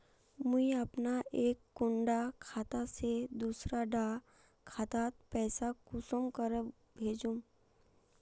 मुई अपना एक कुंडा खाता से दूसरा डा खातात पैसा कुंसम करे भेजुम?